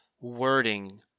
wording